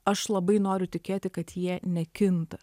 aš labai noriu tikėti kad jie nekinta